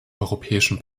europäischen